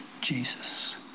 Jesus